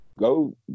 Go